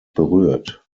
berührt